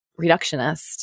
reductionist